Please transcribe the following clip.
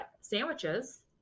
sandwiches